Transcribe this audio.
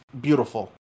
beautiful